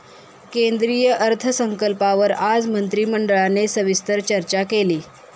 केंद्रीय अर्थसंकल्पावर आज मंत्रिमंडळाने सविस्तर चर्चा केली